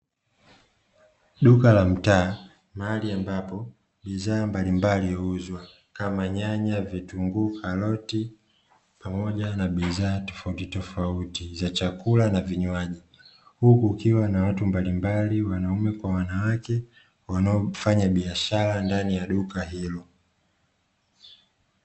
Duka la mtaa mahali ambapo bidhaa mbalimbali huuzwa kama nyanya, vitunguu, karoti pamoja na bidhaa tofautitofauti za chakula na vinywaji huku ukiwa na watu mbalimbali wanaume kwa wanawake wanao fanya biashara ndani ya duka hilo.